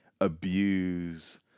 abuse